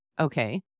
Okay